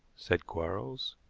said quarles.